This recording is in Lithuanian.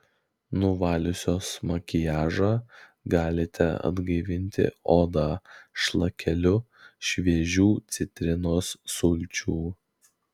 nuvaliusios makiažą galite atgaivinti odą šlakeliu šviežių citrinos sulčių